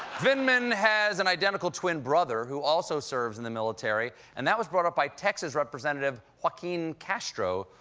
vindman has an identical twin brother, who also serves in the military, and that was brought up by texas representative joaquin castro,